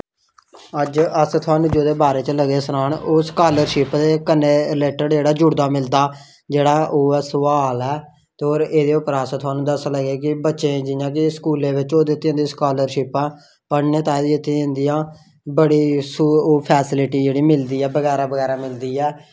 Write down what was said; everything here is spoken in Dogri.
अज्ज अस थुहानू जेह्दे बारै ई लगे सनान ओह् स्कॉलरशिप दे रिलेटेड कन्नै मिलदा जुलदा जेह्ड़ा ओह् ऐ सोआल ऐ ते एह्दे पर अस थुहानू दस्सन लगे कि स्कूलै बिच जेह्ड़ियां स्कॉलरशिपां परमिट आई दित्ती जंदी आ बड़ी सौ फेस्लिटी बगैरा बगैरा मिलदी ऐ